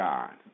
God